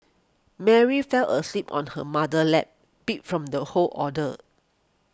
Mary fell asleep on her mother's lap beat from the whole ordeal